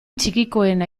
txikikoena